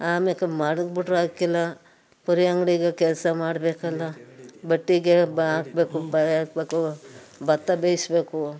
ಆಮೇಲೆ ಮಡಗಿಬಿಟ್ರೆ ಆಗಕಿಲ್ಲ ಬರೀ ಅಂಗಡಿಗೆ ಕೆಲಸ ಮಾಡ್ಬೇಕಲ್ಲ ಬಟ್ಟೆಗೆ ಬ ಹಾಕ್ಬೇಕು ಬ ಹಾಕ್ಬೇಕು ಭತ್ತ ಬೇಯಿಸ್ಬೇಕು